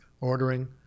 ordering